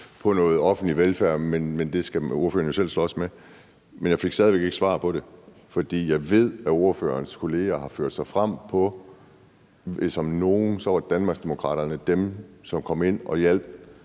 på noget offentlig velfærd, men det skal ordføreren jo selv slås med. Jeg fik stadig væk ikke noget svar. Jeg ved, at ordførerens kolleger har ført sig frem på, at om nogen var Danmarksdemokraterne dem, som kom ind og hjalp